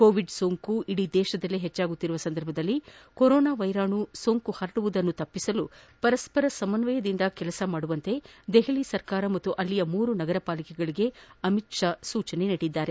Covid ಸೋಂಕು ಇಡೀ ದೇಶದಲ್ಲೇ ಹೆಚ್ಚಾಗುತ್ತಿರುವ ಸಮಯದಲ್ಲಿ ಕೊರೊನಾ ವೈರಸ್ ಹರಡುವುದನ್ನು ತಡೆಯಲು ಪರಸ್ಪರ ಸಮನ್ವಯದಿಂದ ಕೆಲಸ ಮಾಡುವಂತೆ ದೆಹಲಿ ಸರ್ಕಾರ ಮತ್ತು ಅಲ್ಲಿನ ಮೂರು ನಗರಪಾಲಿಕೆಗಳಿಗೆ ಅಮಿತ್ ಶಾ ಸೂಚಿಸಿದ್ದಾರೆ